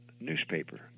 newspaper